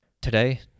Today